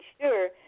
sure